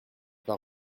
pas